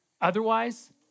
otherwise